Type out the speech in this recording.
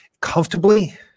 comfortably